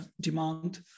demand